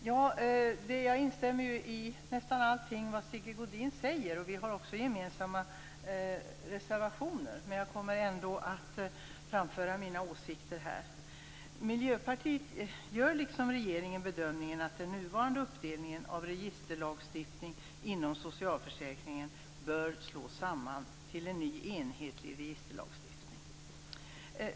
Fru talman! Jag instämmer i nästan allting som Sigge Godin säger, och vi har också gemensamma reservationer. Men jag kommer ändå att framföra mina åsikter här. Miljöpartiet gör, liksom regeringen, bedömningen att den nuvarande uppdelningen av registerlagstiftning inom socialförsäkringen bör slås samman till en ny enhetlig registerlagstiftning.